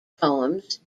poems